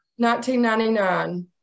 1999